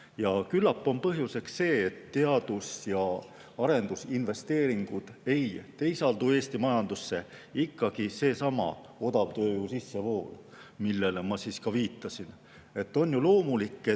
Ja küllap on põhjuseks, et teadus‑ ja arendusinvesteeringud ei teisaldu Eesti majandusse, ikkagi seesama odava tööjõu sissevool, millele ma ka viitasin. On ju loomulik,